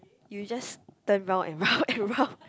you just turn round and round and round